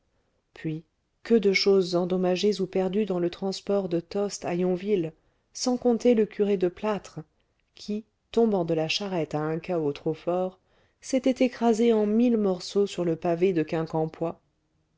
puis que de choses endommagées ou perdues dans le transport de tostes à yonville sans compter le curé de plâtre qui tombant de la charrette à un cahot trop fort s'était écrasé en mille morceaux sur le pavé de quincampoix